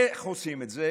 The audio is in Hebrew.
איך עושים את זה?